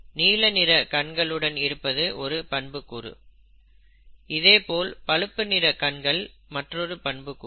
நீல நிற கண்களுடன் இருப்பது ஒரு பண்புக்கூறு இதேபோல் பழுப்பு நிற கண்கள் மற்றொரு பண்புக்கூறு